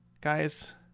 Guys